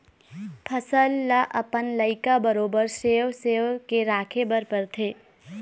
फसल ल अपन लइका बरोबर सेव सेव के राखे बर परथे